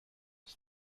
ist